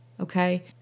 Okay